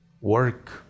work